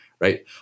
right